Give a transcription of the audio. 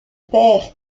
père